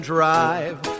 Drive